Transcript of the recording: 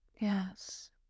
Yes